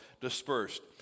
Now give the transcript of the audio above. dispersed